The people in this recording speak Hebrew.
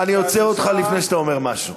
אני עוצר אותך לפני שאתה אומר משהו.